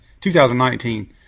2019